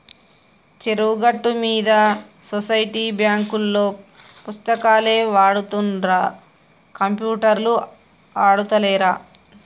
చెరువు గట్టు మీద సొసైటీ బాంకులోల్లు పుస్తకాలే వాడుతుండ్ర కంప్యూటర్లు ఆడుతాలేరా